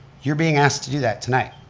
you're being asked to do that tonight.